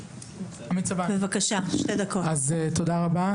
תודה רבה.